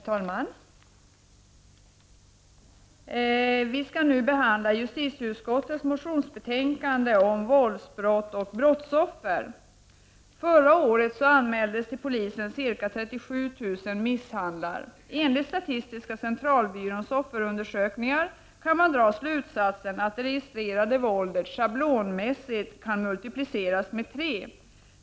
Herr talman! Vi skall nu behandla justitieutskottets betänkande om våldsbrott och brottsoffer. Förra året anmäldes ca 37 000 fall av misshandel till polisen. Enligt statistiska centralbyråns offerundersökningar kan man dra slutsatsen att det registrerade våldet schablonmässigt kan multipliceras med tre.